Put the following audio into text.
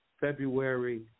February